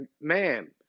Man